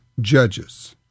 judges